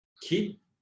keep